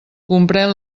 comprén